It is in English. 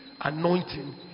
anointing